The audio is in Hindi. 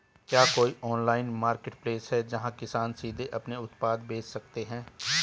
क्या कोई ऑनलाइन मार्केटप्लेस है जहां किसान सीधे अपने उत्पाद बेच सकते हैं?